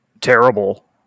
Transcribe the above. terrible